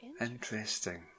Interesting